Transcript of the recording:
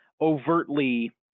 overtly